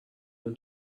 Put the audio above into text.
اون